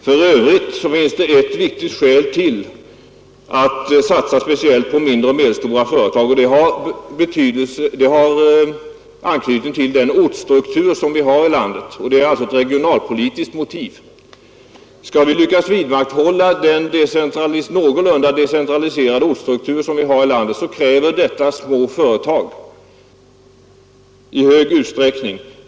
För övrigt finns det ännu ett viktigt skäl att satsa speciellt på mindre och medelstora företag. Det har anknytning till den ortsstruktur vi har i landet. Det är alltså ett regionalpolitiskt motiv. Skall vi lyckas vidmakthålla den någorlunda decentraliserade ortsstrukturen, kräver detta små företag i hög utsträckning.